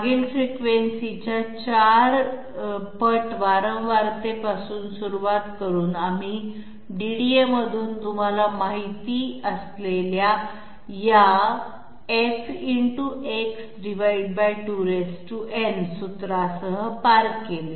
मागील फ्रिक्वेन्सीच्या 4 पट वारंवारतेपासून सुरुवात करून आम्ही डीडीए मधून तुम्हाला माहीत असलेल्या या f×X2n सूत्रासह पार केले